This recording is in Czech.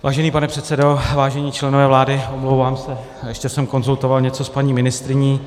Vážený pane předsedo, vážení členové vlády, omlouvám se, ještě jsem konzultoval něco s paní ministryní.